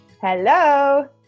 Hello